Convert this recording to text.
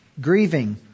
grieving